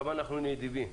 עכשיו אנחנו נדיבים.